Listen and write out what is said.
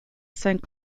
saint